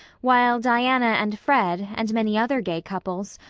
while diana and fred, and many other gay couples,